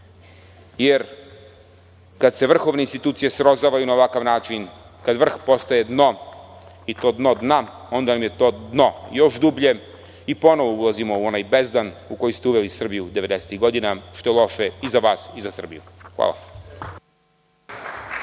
jer kada se vrhovne institucije srozavaju na ovakav način, kada vrh postaje dno, i to dno dna, onda vam je to dno još dublje i ponovo ulazimo u onaj bezdan u koji ste uveli Srbiju devedesetih godina, što je loše i za vas i za Srbiju. **Nebojša